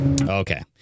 Okay